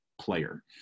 player